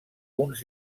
uns